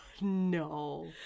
no